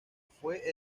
fue